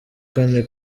kane